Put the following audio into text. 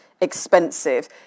expensive